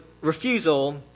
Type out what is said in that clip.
refusal